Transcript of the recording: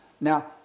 Now